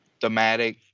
thematic